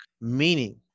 meaning